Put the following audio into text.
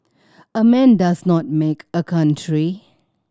a man does not make a country